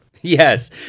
Yes